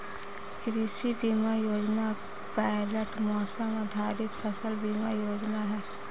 कृषि बीमा योजना पायलट मौसम आधारित फसल बीमा योजना है